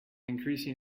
increasing